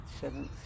seventh